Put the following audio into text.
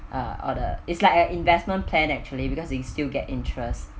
uh or the it's like a investment plan actually because you still get interests